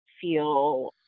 feel